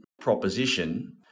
proposition